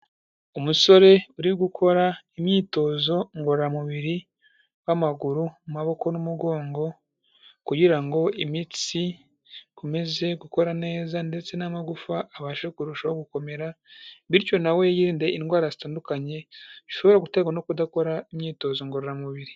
Umusore uri gukora imyitozo ngororamubiri w'amaguru, amaboko, n'umugongo kugira ngo imitsi ikomeze gukora neza ndetse n'amagufa abashe kurushaho gukomera, bityo na we yirinde indwara zitandukanye zishobora guterwa no kudakora imyitozo ngororamubiri.